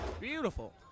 Beautiful